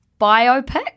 biopic